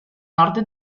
nord